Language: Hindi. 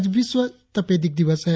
आज विश्व तपेदिक दिवस है